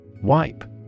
Wipe